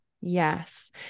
Yes